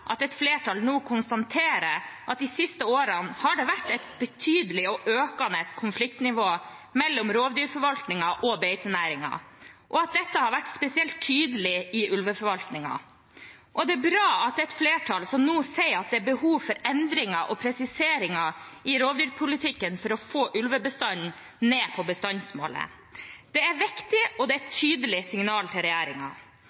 at et flertall nå konstaterer at det de siste årene har vært et betydelig og økende konfliktnivå mellom rovdyrforvaltningen og beitenæringen, og at dette har vært spesielt tydelig i ulveforvaltningen. Det er bra at det er et flertall som nå sier at det er behov for endringer og presiseringer i rovdyrpolitikken for å få ulvebestanden ned på bestandsmålet. Det er viktig, og det er